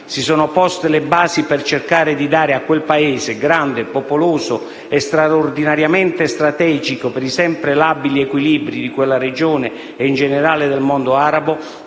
si sono poste le basi per cercare di dare a quel Paese, grande, popoloso e straordinariamente strategico per i sempre labili equilibri di quella regione e in generale del mondo arabo,